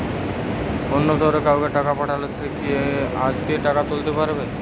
অন্য শহরের কাউকে টাকা পাঠালে সে কি আজকেই টাকা তুলতে পারবে?